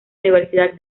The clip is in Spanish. universidad